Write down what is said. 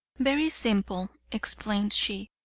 very simple, explained she,